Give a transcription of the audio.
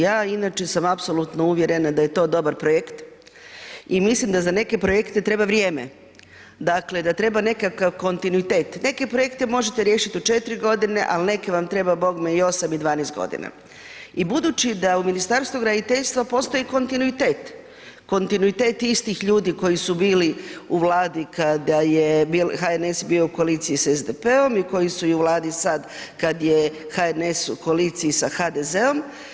Ja inače sam apsolutno uvjerena da je to dobar projekt i mislim da za neke projekte treba vrijeme, dakle da treba nekakav kontinuitet, neke projekte možete riješit u 4.g., al neke vam treba bogme i 8.g. i 12.g. I budući da u Ministarstvu graditeljstva postoji kontinuitet, kontinuitet istih ljudi koji su bili u Vladi kada je HNS bio u koaliciji s SDP-om i koji su i u Vladi sad kad je HNS u koaliciji sa HDZ-om.